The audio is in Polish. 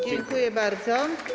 Dziękuję bardzo.